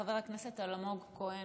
חבר הכנסת אלמוג כהן,